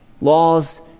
Laws